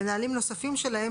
ונהלים נוספים שלהם,